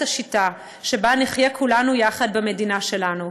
השיטה שבה נחיה כולנו יחד במדינה שלנו,